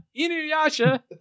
Inuyasha